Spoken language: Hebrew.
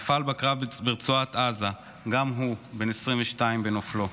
נפל בקרב ברצועת עזה, גם הוא בן 22 בנופלו.